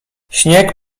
śnieg